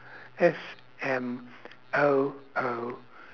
S M O O